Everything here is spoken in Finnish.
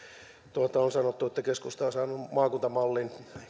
on sanottu että keskusta on saanut maakuntamallin